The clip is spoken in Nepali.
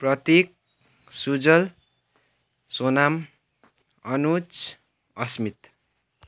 प्रतीक सुजल सोनाम अनुज अस्मित